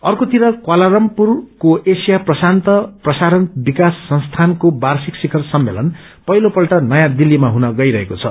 अर्कोतिर कवाला लम्पुरको एशिया प्रशान्त प्रसारण विकास संस्थानको वार्षिक शिखर सम्मेलन पहिलो पल्ट नयाँ दिल्लीमा हुन गइरहेको छ